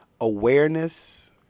Awareness